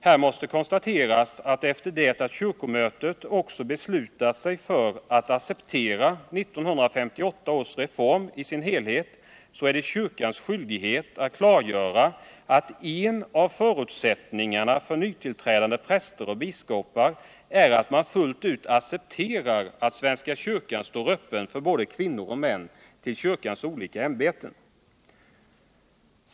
Här måste konstateras, att efter det att kyrkomötet också beslutat sig för att acceptera 1958 års reform i sin helhet är det kyrkans skyldighet att klargöra att en av förutsättningarna för nytillträdande präster och biskopar är att man fullt ut accepterar att svenska kyrkan står öppen för både kvinnor och män till kyrkans olika ämbeten.